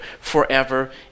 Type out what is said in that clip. forever